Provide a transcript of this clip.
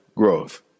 growth